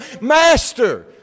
Master